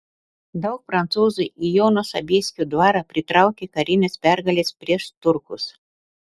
daug prancūzų į jono sobieskio dvarą pritraukė karinės pergalės prieš turkus